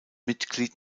mitglied